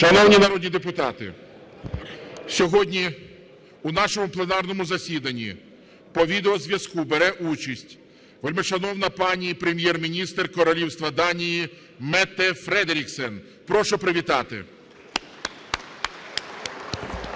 Шановні народні депутати, сьогодні у нашому пленарному засіданні по відеозв'язку бере участь вельмишановна пані Прем'єр-міністр Королівства Данії Метте Фредеріксен. Прошу привітати. (Оплески)